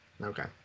Okay